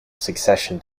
succession